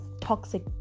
toxic